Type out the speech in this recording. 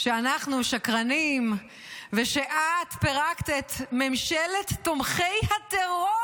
שאנחנו שקרנים ושאת פירקת את ממשלת תומכי הטרור.